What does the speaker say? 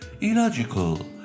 illogical